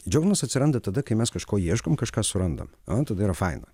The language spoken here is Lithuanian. džiaugsmas atsiranda tada kai mes kažko ieškom kažką surandam na tada yra faina